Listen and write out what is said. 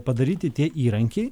padaryti tie įrankiai